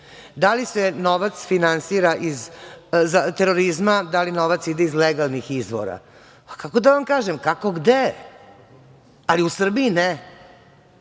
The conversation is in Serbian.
li se novac finansira iz terorizma, da li novac ide iz legalnih izvora? A kako da vam kažem, kako gde, ali u Srbiji ne.